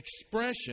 expression